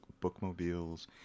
bookmobiles